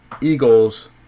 Eagles –